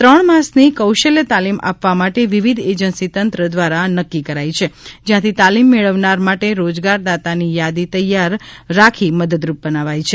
ત્રણ માસની કૌશલ્ય તાલીમ આપવા માટે વિવિધ એજન્સી તંત્ર દ્વારા નક્કી કરાઈ છે જ્યાંથી તાલીમ મેળવનાર માટે રોજગાર દાતાની યાદી તૈયાર રાખી મદદરૂપ બનાય છે